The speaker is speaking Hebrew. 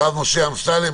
הרב משה אמסלם,